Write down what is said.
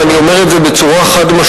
ואני אומר את זה בצורה חד-משמעית,